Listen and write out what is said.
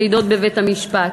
מעידות בבית-המשפט.